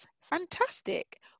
fantastic